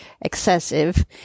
excessive